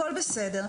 הכול בסדר.